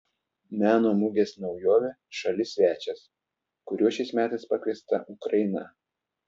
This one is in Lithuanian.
meno mugės naujovė šalis svečias kuriuo šiais metais pakviesta ukraina